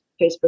Facebook